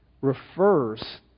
refers